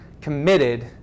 committed